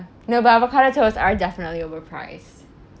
no but avocado toast are definitely overpriced